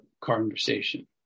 conversation